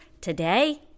Today